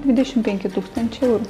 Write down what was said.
dvidešimt penki tūkstančių eurų